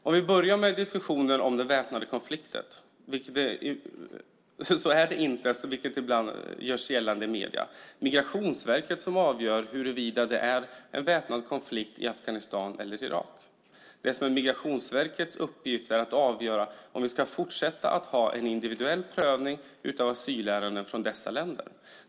Om vi börjar med diskussionen om väpnade konflikter är det inte, vilket ibland görs gällande i medierna, Migrationsverket som avgör huruvida det är en väpnad konflikt i Afghanistan eller i Irak. Det som är Migrationsverkets uppgift är att avgöra om vi ska fortsätta att ha en individuell prövning av asylärenden från dessa länder.